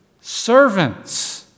servants